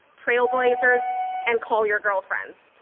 trailblazers and call your girlfriends.